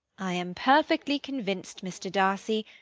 i am perfectly convinced, mr. darcy,